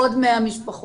עוד 100 משפחות,